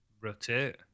rotate